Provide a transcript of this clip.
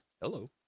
Hello